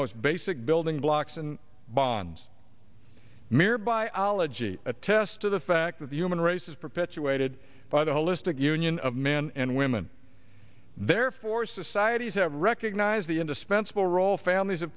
most basic building blocks and bonds mere biology attests to the fact that the human race is perpetuated by the holistic union of men and women therefore societies have recognized the indispensable role families have